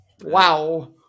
Wow